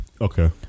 okay